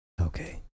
Okay